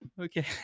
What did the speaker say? Okay